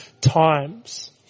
times